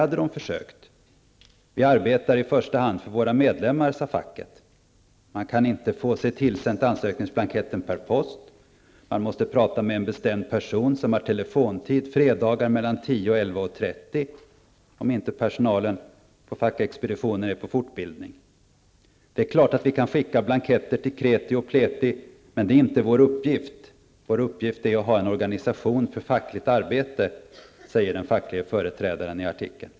Facket sade att de arbetar i första hand för sina medlemmar. Det gick inte att få sig tillsänd ansökningsblanketten per post. Man måste prata med en bestämd person som hade telefontid på fredagar mellan 10.00 och 11.30 -- om inte personalen på fackexpeditionen var på fortbildning. ''Det är klart att vi kan skicka blanketter till kreti och pleti. Men det är inte vår uppgift. Vår uppgift är att ha en organisation för fackligt arbete.'' säger den facklige företrädaren i artikeln.